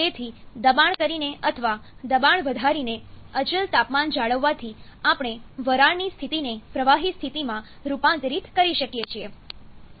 તેથી દબાણ કરીને અથવા દબાણ વધારીને અચલ તાપમાન જાળવવાથી આપણે વરાળની સ્થિતિને પ્રવાહી સ્થિતિમાં રૂપાંતરિત કરી શકીએ છીએ